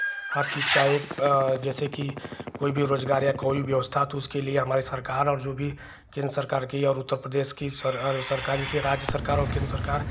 हर चीज़ की एक जैसे कि कोई भी रोज़गार या कोई भी व्यवस्था तो उसके लिए हमारी सरकार और जो भी केन्द्र सरकार की और उत्तर प्रदेश की सरकार जैसे राज्य सरकार और केन्द्र सरकार